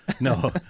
No